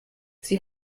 sie